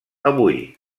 avui